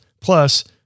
Plus